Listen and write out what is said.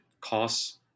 costs